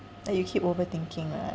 then you keep overthinking right